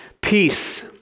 Peace